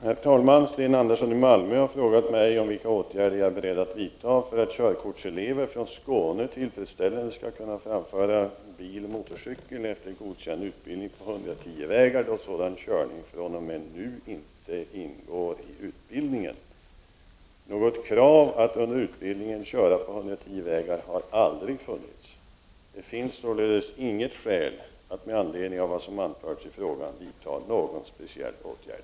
Herr talman! Sten Andersson i Malmö har frågat mig om vilka åtgärder jag är beredd att vidta för att körkortselever från Skåne tillfredsställande skall kunna framföra bil/mce efter godkänd utbildning på 110-vägar, då sådan körning fr.o.m. nu ej ingår i utbildningen. Något krav att under utbildningen köra på 110-vägar har aldrig funnits. Det finns således inget skäl att med anledning av vad som anförts i frågan vidta någon speciell åtgärd.